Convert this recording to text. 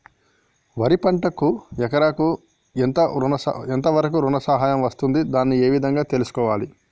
వరి పంటకు ఎకరాకు ఎంత వరకు ఋణం వస్తుంది దాన్ని ఏ విధంగా తెలుసుకోవాలి?